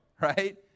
right